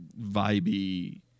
vibey